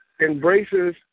embraces